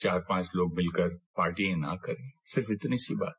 चार पांच लोग मिलकर पार्टियां ना करें सिर्फ इतनी सी बात